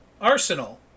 Arsenal